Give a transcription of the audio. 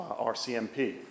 RCMP